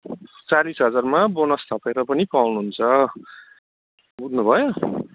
चालिस हजारमा बोनस थपेर पनि पाउनुहुन्छ बुझ्नुभयो